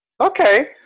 Okay